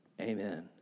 amen